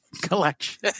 collection